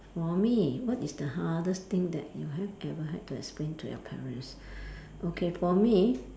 for me what is the hardest thing that you have ever had to explain to your parents okay for me